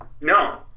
No